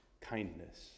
kindness